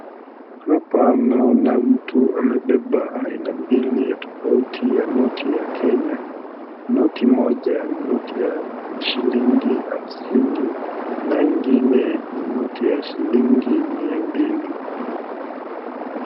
Hapa naona mtu amebeba aina mbili tofauti ya noti ya kenya noti moja ni noti ya shillingi hamsini na ingine ni noti ya shillingi mia mbili.